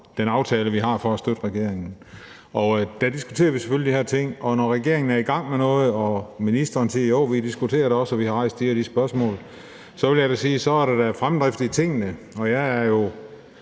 den aftale, vi har om at støtte regeringen. Og der diskuterer vi selvfølgelig de her ting. Og når regeringen er i gang med noget og ministeren siger, at jo, vi diskuterer det også, og vi har rejst de og de spørgsmål, så vil jeg sige, at der da er fremdrift i tingene. Jeg er jo